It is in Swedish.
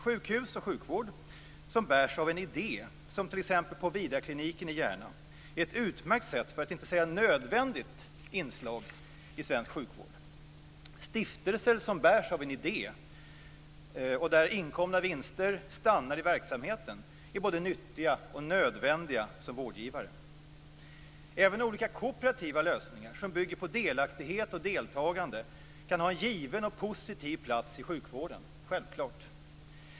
Sjukhus och sjukvård som bärs av en idé, som t.ex. Vidarkliniken i Järna, är ett utmärkt, för att inte säga nödvändigt, inslag i svensk sjukvård. Stiftelser som bärs av en idé och där inkomna vinster stannar i verksamheten är både nyttiga och nödvändiga som vårdgivare. Även olika kooperativa lösningar som bygger på delaktighet och deltagande kan naturligtvis ha en given och positiv plats i sjukvården.